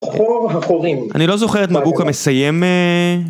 אני לא זוכר את מבוקה מסיים...